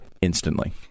Instantly